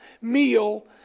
meal